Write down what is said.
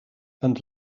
and